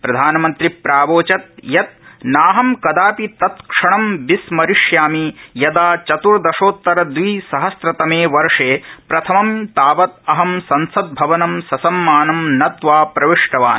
प्रधानमंत्री प्रावोचत् यत् नाहं कदापि तत्क्षणं विस्मरिष्यामि यदा चत्र्शोतरदविसहस्रतमे वर्ष प्रथमं तावत् अहं संसद्भवनं ससम्मानं नत्वा प्रविष्टवान्